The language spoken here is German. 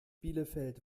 bielefeld